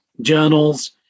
journals